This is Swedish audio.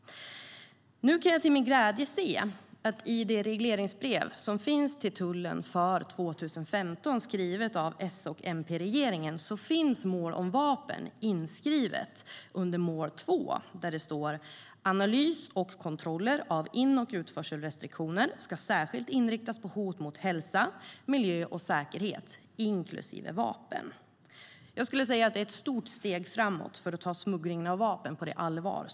Nu kan jag till min glädje se att i det regleringsbrev som finns till tullen för 2015, skrivet av S-MP-regeringen, finns mål om vapen inskrivet under Mål 2. Där står det att analys och kontroller av in och utförselrestriktioner särskilt ska inriktas på hot mot hälsa, miljö och säkerhet inklusive vapen. Det är ett stort steg framåt för att ta smuggling av vapen på allvar.